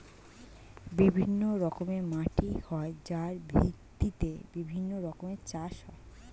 বিভিন্ন রকমের মাটি হয় যার ভিত্তিতে বিভিন্ন রকমের চাষ হয়